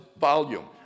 volume